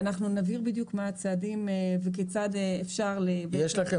נבהיר בדיוק מה הצעדים וכיצד אפשר --- יש לכם